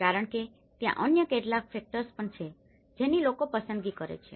કારણ કે ત્યાં અન્ય કેટલાક ફેકટર્સ પણ છે જેની લોકો પસંદગીઓ કરે છે